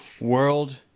World